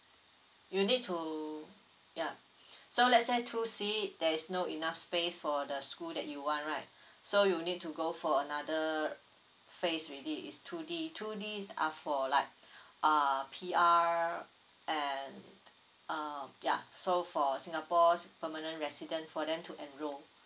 you need to yup so let's say two C there is no enough space for the school that you want right so you need to go for another phase already is two D two D are for like uh P_R and uh yeah so for singapore's permanent resident for them to enroll